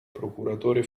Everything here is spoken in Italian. procuratore